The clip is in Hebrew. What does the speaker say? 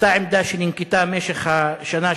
אותה עמדה שננקטה במשך השנה,